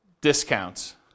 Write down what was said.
discounts